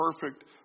perfect